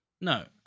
No